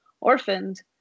orphaned